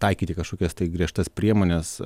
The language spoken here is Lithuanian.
taikyti kažkokias tai griežtas priemones